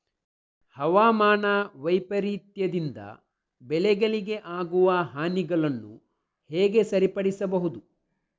ಹವಾಮಾನ ವೈಪರೀತ್ಯದಿಂದ ಬೆಳೆಗಳಿಗೆ ಆಗುವ ಹಾನಿಗಳನ್ನು ಹೇಗೆ ಸರಿಪಡಿಸಬಹುದು?